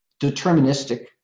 deterministic